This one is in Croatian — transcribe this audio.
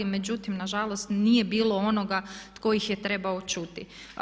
Međutim, na žalost nije bilo onoga tko ih je trebao čuti.